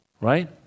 Right